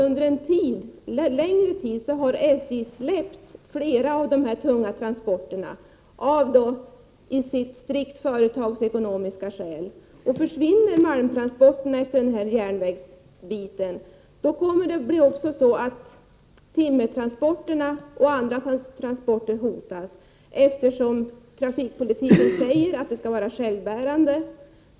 Under en längre tid har SJ dessutom av strikt företagsekonomiska skäl släppt ifrån sig flera av de tunga transporterna. Om malmtransporterna utefter denna järnvägssträcka försvinner kommer även timmertransporter och andra transporter att hotas, eftersom det enligt trafikpolitiken sägs att transporterna skall vara självbärande.